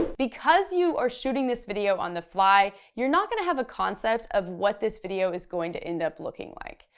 because you are shooting this video on the fly, you're not gonna have a concept of what this video is going to end up looking like.